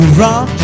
rock